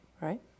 right